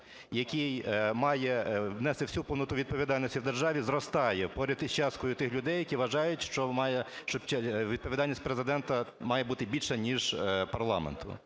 який має нести всю повноту відповідальності в державі, зростає поряд із часткою тих людей, які вважають, що відповідальність Президента має бути більша ніж парламенту.